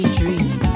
dream